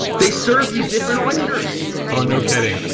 they serve you different oysters ah no kidding.